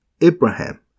Abraham